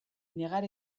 negar